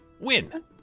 Win